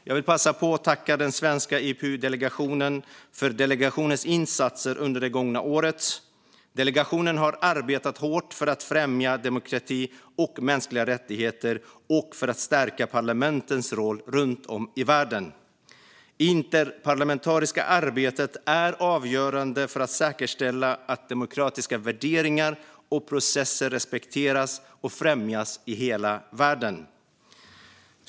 Jag vill passa på att tacka den svenska IPU-delegationen för delegationens insatser under det gångna året. Delegationen har arbetat hårt för att främja demokrati och mänskliga rättigheter och för att stärka parlamentens roll runt om i världen. Det interparlamentariska arbetet är avgörande för att säkerställa att demokratiska värderingar och processer respekteras och främjas i hela världen.